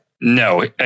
No